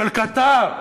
של קטאר,